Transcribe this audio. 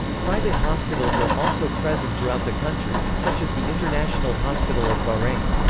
private hospitals are also present throughout the country, such as the international hospital of bahrain.